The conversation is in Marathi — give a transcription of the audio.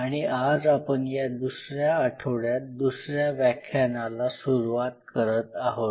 आणि आज आपण या दुसऱ्या आठवड्यात दुसऱ्या व्याख्यानाला सुरूवात करत आहोत